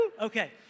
Okay